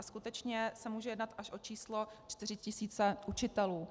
Skutečně se může jednat až o číslo čtyři tisíce učitelů.